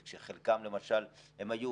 שחלקן, למשל, היו